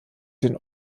den